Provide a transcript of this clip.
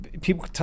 people